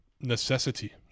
necessity